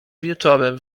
wieczorem